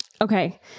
Okay